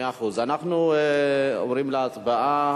אנחנו עוברים להצבעה.